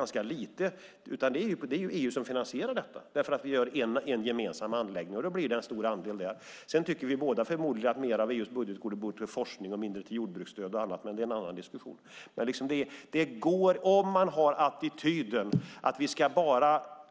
Det är EU som finansierar detta, därför att vi har en gemensam anläggning, och då blir det en stor andel där. Sedan tycker vi båda förmodligen att mer av EU:s budget borde gå till forskning och mindre till jordbruksstöd och annat. Men det är en annan diskussion. Om vi har attityden att vi ska